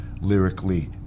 lyrically